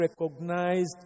recognized